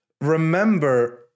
remember